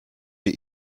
wie